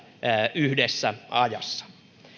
yhdessä ajassa